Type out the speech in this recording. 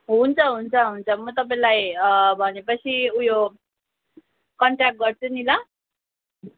हुन्छ हुन्छ हुन्छ म तपाईँलाई भनेपछि उयो कन्टयाक्ट गर्छु नि ल